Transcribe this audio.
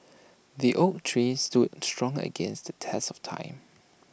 the oak tree stood strong against the test of time